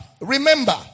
remember